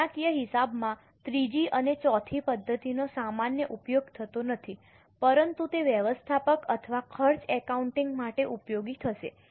નાણાકીય હિસાબમાં ત્રીજી અને ચોથી પદ્ધતિનો સામાન્ય ઉપયોગ થતો નથી પરંતુ તે વ્યવસ્થાપક અથવા ખર્ચ એકાઉન્ટિંગ માટે ઉપયોગી થશે